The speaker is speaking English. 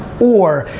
or,